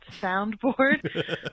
soundboard